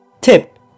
Tip